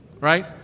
Right